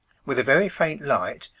with a very faint light,